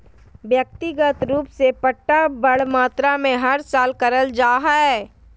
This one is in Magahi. व्यक्तिगत रूप से पट्टा बड़ मात्रा मे हर साल करल जा हय